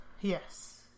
Yes